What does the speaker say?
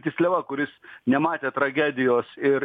tysliava kuris nematė tragedijos ir